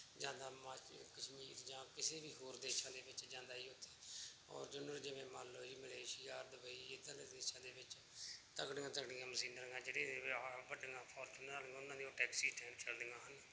ਜਾਂਦਾ ਹਿਮਾਚਲ ਕਸ਼ਮੀਰ ਜਾਂ ਕਿਸੇ ਵੀ ਹੋਰ ਦੇਸ਼ਾਂ ਦੇ ਵਿੱਚ ਜਾਂਦਾ ਜੀ ਉੱਥੇ ਫੋਰਚੁਨਰ ਜਿਵੇਂ ਮੰਨ ਲਓ ਜੀ ਮਲੇਸ਼ੀਆ ਦੁਬਈ ਇੱਧਰਲੇ ਦੇਸ਼ਾਂ ਦੇ ਵਿੱਚ ਤਕੜੀਆਂ ਤਕੜੀਆਂ ਮਸ਼ੀਨਾਂ ਗਾ ਜਿਹੜੀ ਵੱਡੀਆਂ ਫੋਰਚੁਨਰਾਂ ਲਈ ਉਹਨਾਂ ਦੀ ਉਹ ਟੈਕਸੀ ਸਟੈਂਡ ਚੱਲਦੀਆਂ ਹਨ